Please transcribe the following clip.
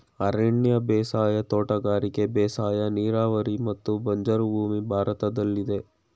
ಅರಣ್ಯ ಬೇಸಾಯ, ತೋಟಗಾರಿಕೆ ಬೇಸಾಯ, ನೀರಾವರಿ ಮತ್ತು ಬಂಜರು ಭೂಮಿ ಭಾರತದಲ್ಲಿದೆ